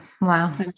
wow